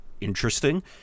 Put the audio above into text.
interesting